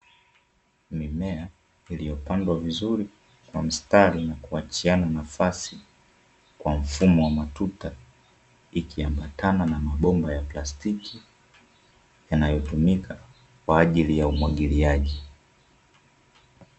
Mimea iliyopandwa vizuri kwa mstari na kuachiana nafasi kwa mfumo wa matuta, ikiambatana na mabomba ya plastiki yanayotumika kwaajili ya umwagiliaji.